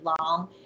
long